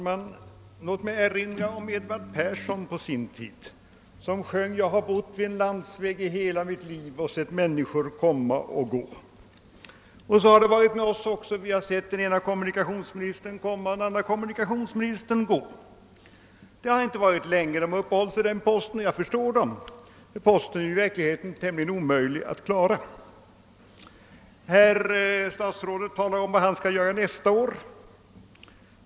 Herr talman! Låt mig erinra om Edvard Persson som på sin tid sjöng: »Jag har bott vid en landsväg i hela mitt liv och sett människor komma och gå.» Så har det också varit för oss: Vi har sett den ene kommunikationsministern komma och den andre kommunikationsministern gå. Det har inte varit länge som de har uppehållit sin post, och jag förstår dem; posten som kommunikationsminister är i verkligheten tämligen omöjlig att klara. Herr statsrådet talar om vad han skall göra nästa år.